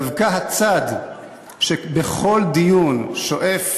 דווקא הצד שבכל דיון שואף